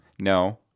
no